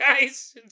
guys